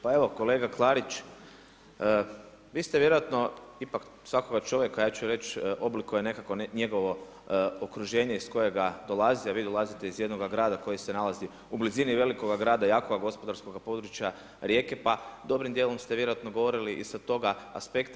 Pa evo kolega Klarić, vi ste vjerojatno ipak svakoga čovjeka ja ću reći oblikuje nekako njegovo okruženje iz kojega dolazi, a vi dolazite iz jednoga grada koji se nalazi u blizini velikoga grada jakoga gospodarskog područja Rijeke, pa dobrim dijelom ste vjerojatno govorili i sa toga aspekta.